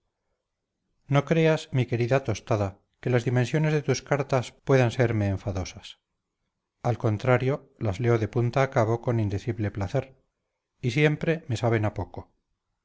no creas mi querida tostada que las dimensiones de tus cartas puedan serme enfadosas al contrario las leo de punta a cabo con indecible placer y siempre me saben a poco